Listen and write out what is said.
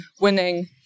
winning